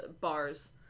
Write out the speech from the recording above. bars